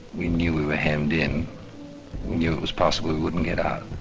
we knew we were hemmed in. we knew it was possible we wouldn't get out.